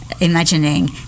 imagining